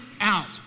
out